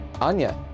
Anya